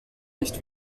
nicht